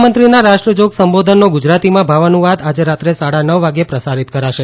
પ્રધાનમંત્રીના રાષ્ટ્રજોગ સંબોધનનો ગુજરાતીમાં ભાવાનુવાદ આજે રાત્રે સાડા નવ વાગે પ્રસારીત કરાશે